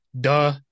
duh